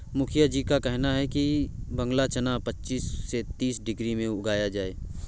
मुखिया जी का कहना है कि बांग्ला चना पच्चीस से तीस डिग्री में उगाया जाए